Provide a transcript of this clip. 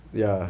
ya